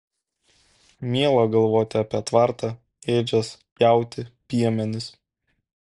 miela galvoti apie tvartą ėdžias jautį piemenis